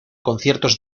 conciertos